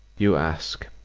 you ask,